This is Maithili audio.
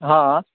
हॅं